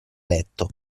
letto